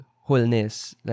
wholeness